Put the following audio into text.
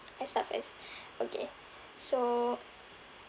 I start first okay so